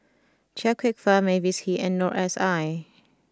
Chia Kwek Fah Mavis Hee and Noor S I